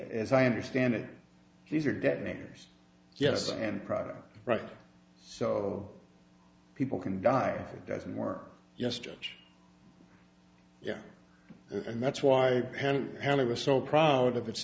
as i understand it these are detonators yes and probably right so people can die it doesn't work yes judge yeah and that's why i haven't had it was so proud of its